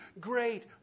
great